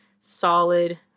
solid